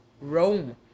Rome